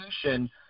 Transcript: solution